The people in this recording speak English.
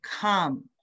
come